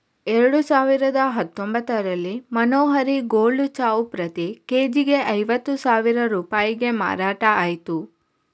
ಎರಡು ಸಾವಿರದ ಹತ್ತೊಂಭತ್ತರಲ್ಲಿ ಮನೋಹರಿ ಗೋಲ್ಡ್ ಚಾವು ಪ್ರತಿ ಕೆ.ಜಿಗೆ ಐವತ್ತು ಸಾವಿರ ರೂಪಾಯಿಗೆ ಮಾರಾಟ ಆಯ್ತು